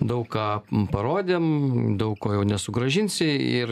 daug ką parodėm daug ko jau nesugrąžinsi ir